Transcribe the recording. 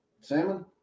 Salmon